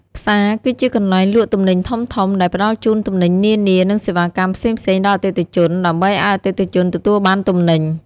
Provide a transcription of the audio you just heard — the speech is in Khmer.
ផ្សារគឺជាកន្លែងលក់ទំនិញធំៗ ដែលផ្តល់ជូនទំនិញនានា និងសេវាកម្មផ្សេងៗដល់អតិថិជន ដើម្បីឲ្យអតិថិជនទទួលបានទំនិញ។